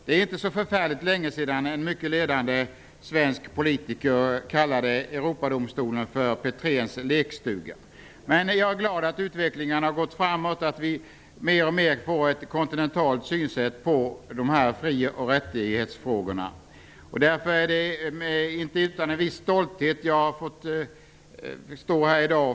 Det är inte så förfärligt länge sedan som en ledande svensk politiker kallade Europadomstolen för lekstuga. Jag är glad att det har gått framåt så att vi nu mer och mer har ett kontinentalt synsätt på fri och rättighetsfrågorna. Därför är det inte utan en viss stolthet jag står här i dag.